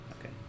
Okay